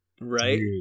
Right